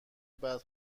بعد